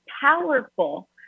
powerful